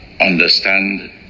understand